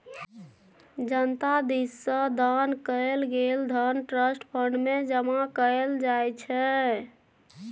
जनता दिस सँ दान कएल गेल धन ट्रस्ट फंड मे जमा कएल जाइ छै